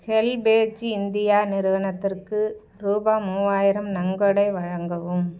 HelpAge India நிறுவனத்திற்கு ரூபா மூவாயிரம் நன்கொடை வழங்கவும்